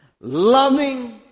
loving